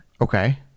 Okay